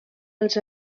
els